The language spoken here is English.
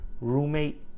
roommate